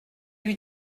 lui